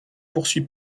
poursuit